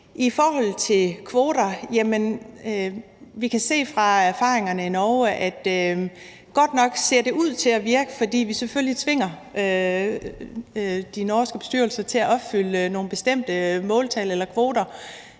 I forhold til kvoter kan vi se fra erfaringerne i Norge, at godt nok ser det ud til at virke, fordi man selvfølgelig tvinger de norske bestyrelser til at opfylde nogle bestemte måltal eller kvoter,